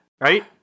Right